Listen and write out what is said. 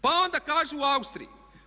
Pa onda kažu u Austriji.